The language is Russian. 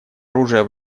оружия